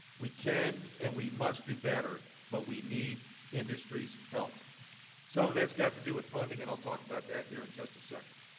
we can and we must do better, but we need industry's help so that's got to do with funding, and i'll talk about that here in just a second.